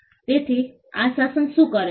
તેથી આ શાસન શું કરે છે